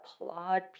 applaud